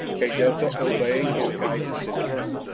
kaydessa obeying his guidance in turn.